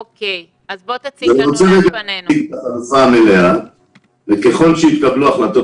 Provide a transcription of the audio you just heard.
אני אציג את החלופה המלאה וככל שיתקבלו החלטות